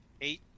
eight